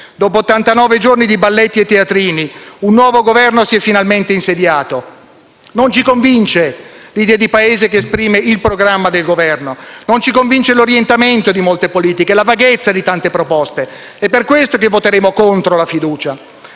giorni di balletti e teatrini, un nuovo Governo si è finalmente insediato. Non ci convince l'idea di Paese che esprime il programma del Governo. Non ci convince l'orientamento di molte politiche, la vaghezza di tante proposte. Per questo, voteremo contro la fiducia.